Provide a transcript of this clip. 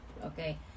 okay